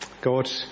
God